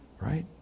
right